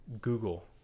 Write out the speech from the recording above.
google